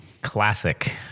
classic